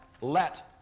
let